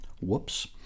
whoops